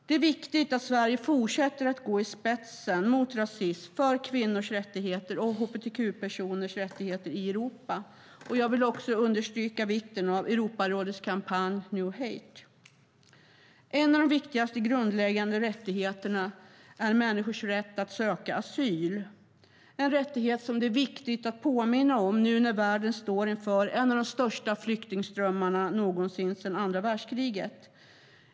Det är viktigt att Sverige fortsätter gå i spetsen mot rasism och för kvinnors och hbtq-personers rättigheter i Europa. Jag vill understryka vikten av Europarådets kampanj No Hate. En av de viktigaste grundläggande rättigheterna är människors rätt att söka asyl. Det är en rättighet som det är viktigt att påminna om nu när världen står inför en av de största flyktingströmmarna någonsin sedan andra världskriget.